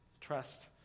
trust